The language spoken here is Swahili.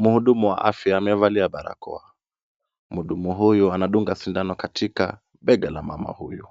Mhudumu wa afya amevalia barakoa. Mhudumu huyu anadunga sindano katika bega la mama huyu.